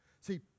See